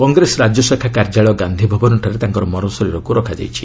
କଂଗ୍ରେସ ରାଜ୍ୟଶାଖା କାର୍ଯ୍ୟାଳୟ ଗାନ୍ଧିଭବନଠାରେ ତାଙ୍କ ମରଶରୀରକୃ ରଖାଯାଇଛି